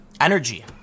energy